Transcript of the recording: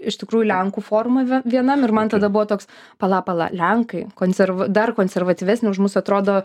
iš tikrųjų lenkų formą vienam ir man tada buvo toks pala pala lenkai konserv dar konservatyvesni už mus atrodo